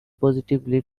positively